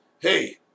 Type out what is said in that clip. Hey